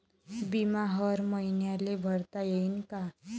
बिमा हर मईन्याले भरता येते का?